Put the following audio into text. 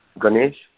Ganesh